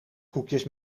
koekjes